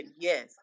yes